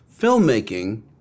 filmmaking